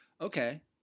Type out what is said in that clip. Okay